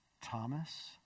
Thomas